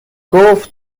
گفت